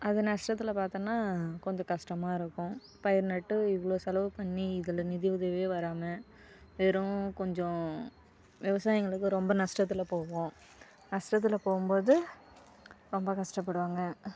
அதை நஷ்டத்தில் பார்த்தனா கொஞ்சம் கஷ்டமாக இருக்கும் பயிர் நட்டு இவ்வளோ செலவு பண்ணி இதில் நிதி உதவியே வராமல் வெறும் கொஞ்சம் விவசாயிங்களுக்கு ரொம்ப நஷ்டத்தில் போகும் நஷ்டத்தில் போகும்போது ரொம்ப கஷ்டப்படுவாங்க